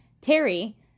Terry